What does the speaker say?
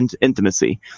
intimacy